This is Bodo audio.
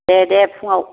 दे दे फुङाव